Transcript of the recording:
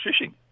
fishing